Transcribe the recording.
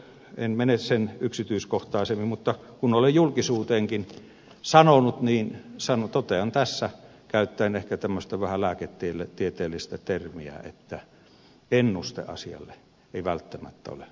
en mene siihen sen yksityiskohtaisemmin mutta kun olen julkisuuteenkin sanonut niin totean tässä käyttäen ehkä tämmöistä vähän lääketieteellistä termiä että ennuste asialle ei välttämättä ole kovin hyvä